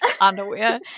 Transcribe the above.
underwear